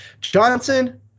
johnson